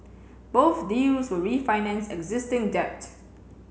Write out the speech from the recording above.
both deals will refinance existing debt